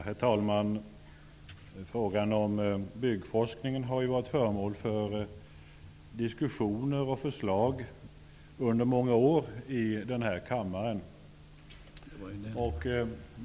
Herr talman! Frågan om byggforskningen har ju under många år varit föremål för diskussioner och förslag i den här kammaren.